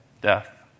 death